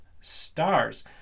stars